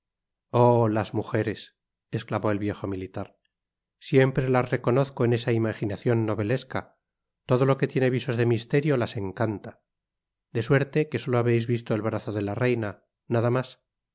oh las mujeres esclamó el viejo militar siempre las reconozco en esa imaginacion novelesca todo lo que tiene visos de misterio las encanta de suerte que solo habeis visto el brazo de la reina nada mas